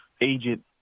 agent